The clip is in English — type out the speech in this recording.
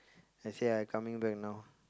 I say I coming back now